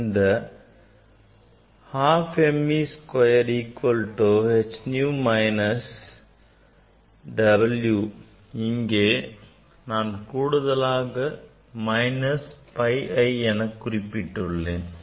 அந்த half m v square equal to h nu minus W இங்கே நான் கூடுதலாக minus phi I என குறிப்பிட்டிருக்கிறேன்